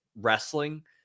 wrestling